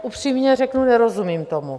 Upřímně řeknu: Nerozumím tomu.